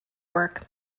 work